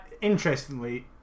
interestingly